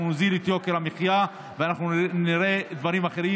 אנחנו נוזיל את יוקר המחיה ואנחנו נראה דברים אחרים.